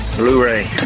blu-ray